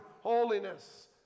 holiness